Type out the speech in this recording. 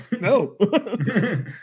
No